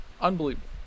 unbelievable